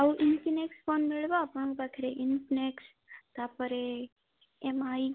ଆଉ ଇନଫିନିକ୍ସ ମିଳିବ ଆପଣଙ୍କ ପାଖରେ ଇନଫିନିକ୍ସ ତାପରେ ଏମ୍ଆଇ